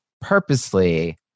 purposely